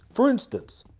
for instance,